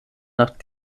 nach